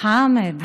חַמֵד.